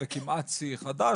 וכמעט שיא חדש.